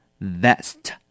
vest